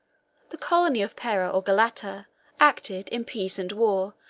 the colony of pera or galata acted, in peace and war,